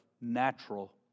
natural